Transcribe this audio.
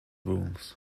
rules